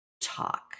talk